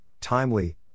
timely